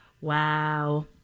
Wow